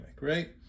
right